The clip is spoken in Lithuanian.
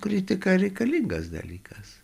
kritika reikalingas dalykas